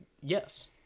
yes